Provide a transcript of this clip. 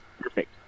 Perfect